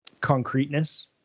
concreteness